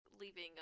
leaving